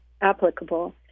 applicable